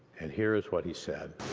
and here is what he said.